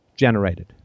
generated